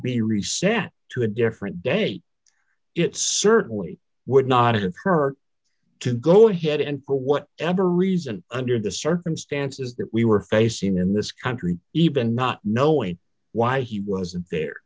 reset to a different date it certainly would not have hurt to go ahead and for what ever reason under the circumstances that we were facing in this country even not knowing why he was there